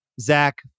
Zach